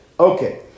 Okay